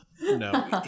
No